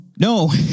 No